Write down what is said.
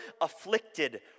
afflicted